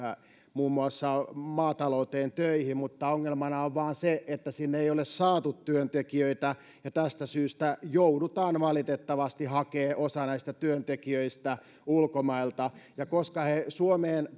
muun muassa maatalouteen töihin mutta ongelmana on vain se että sinne ei ole saatu työntekijöitä ja tästä syystä joudutaan valitettavasti hakemaan osa työntekijöistä ulkomailta koska he suomeen